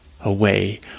Away